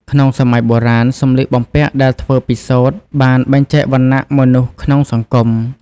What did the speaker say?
ក្នុងសម័យបុរាណ សម្លៀកបំពាក់ដែលធ្វើពីសូត្របានបែងចែកវណ្ណៈមនុស្សក្នុងសង្គម។